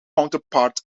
counterpart